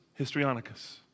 Histrionicus